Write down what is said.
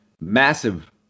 Massive